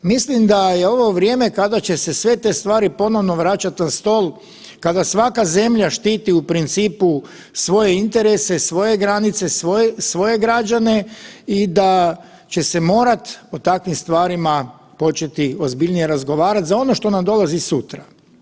Mislim da je ovo vrijeme kada će se sve te stvari ponovno vraćat na stol kada svaka zemlja štiti u principu svoje interese, svoje granice, svoje građane i da će se morat o takvim stvarima početi ozbiljnije razgovarat za ono što nam dolazi sutra.